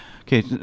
Okay